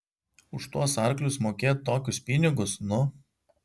už tuos arklius mokėt tokius pinigus nu